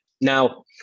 Now